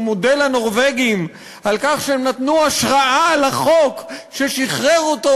מודה לנורבגים על כך שהם נתנו השראה לחוק ששחרר אותו